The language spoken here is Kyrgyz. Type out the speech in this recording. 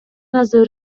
азыр